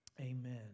Amen